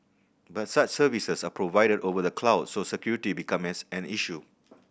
but such services are provided over the cloud so security becomes an issue